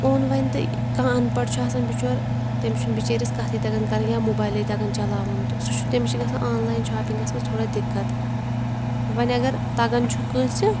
اوٚن وۄنۍ تہٕ کانٛہہ اَن پَڑھ چھُ آسان بِچور تٔمِس چھُنہٕ بِچٲرِس کَتھٕے تگان کَرٕنۍ یا موبایلٕے تگان چَلاوُن تہٕ سُہ چھُ تٔمِس چھِ گژھان آنلاین شاپِنٛگَس منٛز تھوڑا دِقت وۄنۍ اگر تَگَان چھُ کٲنٛسہِ